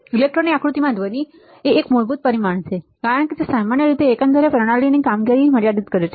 electronic આકૃતિમાં ધ્વનિ એ એક મૂળભૂત પરિમાણ છે કારણ કે તે સામાન્ય રીતે એકંદરે પ્રણાલીની કામગીરી મર્યાદિત કરે છે